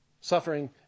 suffering